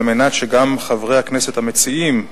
על מנת שגם חברי הכנסת המציעים,